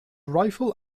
rifle